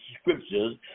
scriptures